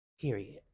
period